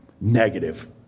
negative